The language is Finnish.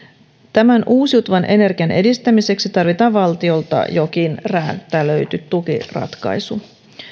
tämän uusiutuvan energian edistämiseksi tarvitaan valtiolta jokin räätälöity tukiratkaisu